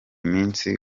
minsi